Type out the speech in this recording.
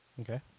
Okay